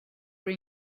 are